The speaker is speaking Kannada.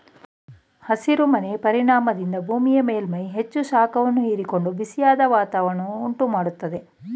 ಹಸಿರು ಮನೆ ಪರಿಣಾಮದಿಂದ ಭೂಮಿಯ ಮೇಲ್ಮೈ ಹೆಚ್ಚು ಶಾಖವನ್ನು ಹೀರಿಕೊಂಡು ಬಿಸಿಯಾದ ವಾತಾವರಣವನ್ನು ಉಂಟು ಮಾಡತ್ತದೆ